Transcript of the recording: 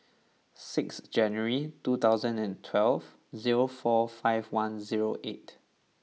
sixth January two thousand and twelve zero four five one zero eight